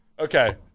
Okay